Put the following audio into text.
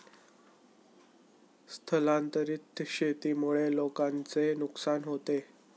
स्थलांतरित शेतीमुळे लोकांचे नुकसान होते